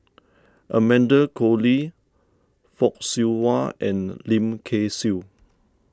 Amanda Koe Lee Fock Siew Wah and Lim Kay Siu